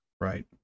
Right